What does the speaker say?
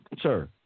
sir